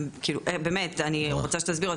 באמת, אני רוצה שתסבירו.